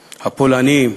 הפולני,